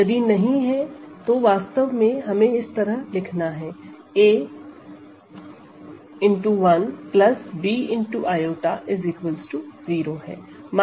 यदि नहीं तो वास्तव में हमें इस तरह लिखना है a 1 b i 0 है